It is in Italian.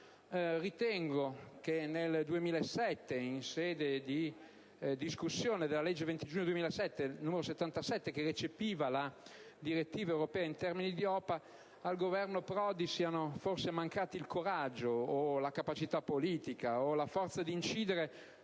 Ritengo che nel 2007, in sede di discussione della legge 20 giugno 2007, n. 77, che recepiva la direttiva europea in termini di OPA, al Governo Prodi siano forse mancati il coraggio, la capacità politica o la forza di incidere